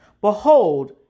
Behold